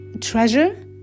Treasure